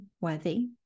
worthy